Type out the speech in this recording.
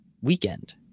weekend